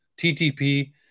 TTP